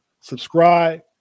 subscribe